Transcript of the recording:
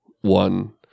one